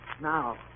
Now